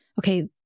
Okay